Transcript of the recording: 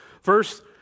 first